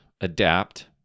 adapt